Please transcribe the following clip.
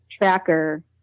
tracker